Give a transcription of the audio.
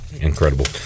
Incredible